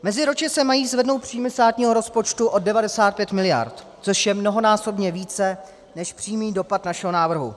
Meziročně se mají zvednout příjmy státního rozpočtu o 95 miliard, což je mnohonásobně více než přímý dopad našeho návrhu.